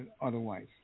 otherwise